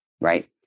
Right